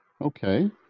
Okay